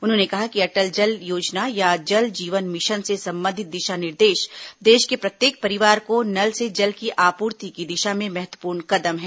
उन्होंने कहा कि अटल जल योजना या जल जीवन मिशन से संबंधित दिशा निर्देश देश के प्रत्येक परिवार को नल से जल की आपूर्ति की दिशा में महत्वपूर्ण कदम हैं